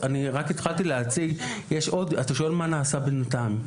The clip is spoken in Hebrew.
התחלתי להציג, אתה שואל מה נעשה בינתיים,